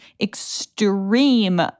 extreme